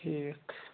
ٹھیٖک